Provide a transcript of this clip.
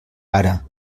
ara